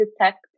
detect